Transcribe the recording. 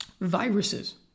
viruses